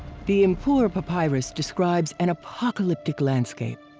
the ipuwer papyrus describes an apocalyptic landscape.